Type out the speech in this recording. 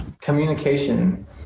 communication